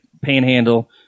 Panhandle